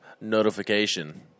notification